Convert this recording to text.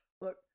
Look